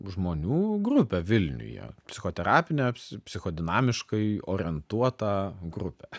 žmonių grupę vilniuje psichoterapinę psi psichodinamiškai orientuotą grupę